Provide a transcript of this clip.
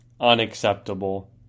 unacceptable